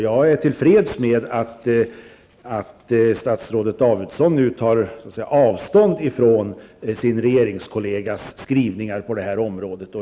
Jag är till freds med att statsrådet Davidson nu tar avstånd från sin regeringskollegas skrivningar på området.